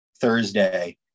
Thursday